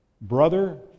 Brother